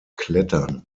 klettern